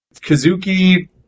Kazuki